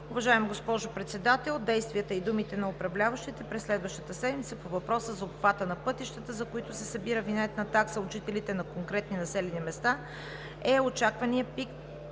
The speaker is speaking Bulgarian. „Уважаема госпожо Председател, действията и думите на управляващите през следващата седмица по въпроса за обхвата на пътищата, за които се събира винетна такса от жителите на конкретни населени места, е очакваният пик